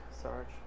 Sarge